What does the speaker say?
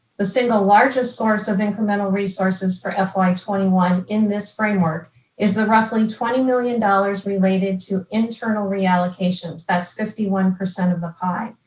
the single largest source of incremental resources for fy like twenty one in this framework is the roughly twenty million dollars related to internal reallocations, that's fifty one percent of the pie.